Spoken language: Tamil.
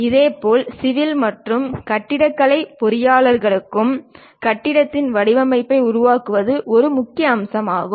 இதேபோல் சிவில் மற்றும் கட்டடக்கலை பொறியியலாளர்களுக்கு கட்டிடத்தின் வடிவங்களை உருவாக்குவது ஒரு முக்கிய அங்கமாகும்